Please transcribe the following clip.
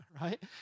right